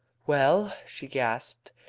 well? she gasped.